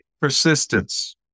Persistence